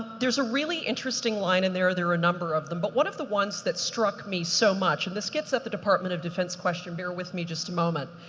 there's a really interesting line, in there there are a number of them. but one of the ones that struck me so and this gets at the department of defense question, bear with me just a moment.